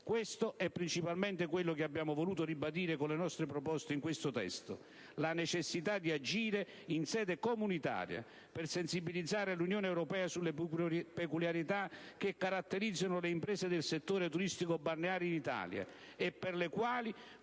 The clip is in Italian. Questo è principalmente quello che abbiamo voluto ribadire con le nostre proposte in questo testo: la necessità di agire, in sede comunitaria, per sensibilizzare l'Unione europea sulle peculiarità che caratterizzano le imprese del settore turistico-balneare in Italia e per le quali